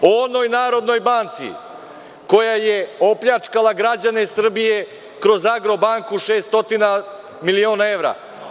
O onoj Narodnoj banci koja je opljačkala građane Srbije kroz „Agrobanku“ 600.000.000 evra.